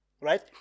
Right